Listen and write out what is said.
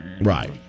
Right